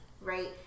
right